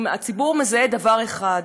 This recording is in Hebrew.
הציבור מזהה דבר אחד: